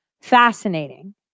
fascinating